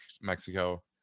Mexico